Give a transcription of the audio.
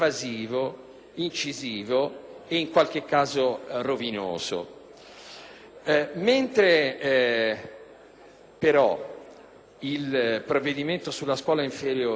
incisivo e in qualche caso rovinoso. Mentre, però, il provvedimento sulla scuola inferiore